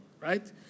right